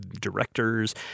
directors